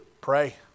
Pray